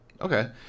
okay